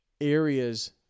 areas